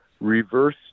reverse